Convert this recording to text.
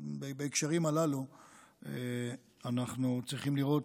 בהקשרים הללו אנחנו צריכים לראות,